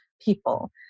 people